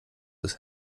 des